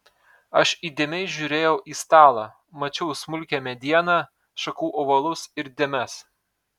aš įdėmiai žiūrėjau į stalą mačiau smulkią medieną šakų ovalus ir dėmes